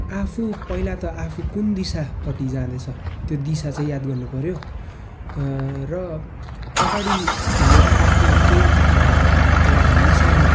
आफू पहिला त आफू कुन दिशापट्टि जाँदैछ त्यो दिशा चाहिँ याद गर्नुपर्यो र अगाडि हिँडेर आएको केही एउटा निसानी